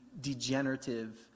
degenerative